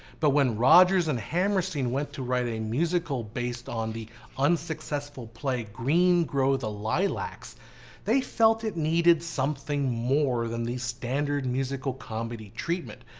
but when rodgers and hammerstein went to write a musical based on the unsuccessful play green grow the lilacs they felt it needed something more than the standard musical comedy treatment.